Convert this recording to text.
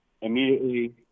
immediately